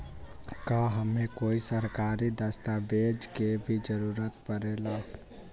का हमे कोई सरकारी दस्तावेज के भी जरूरत परे ला?